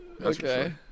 Okay